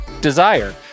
Desire